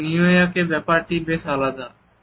তবে নিউইয়র্ক এ ব্যাপারটি বেশ আলাদা